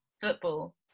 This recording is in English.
football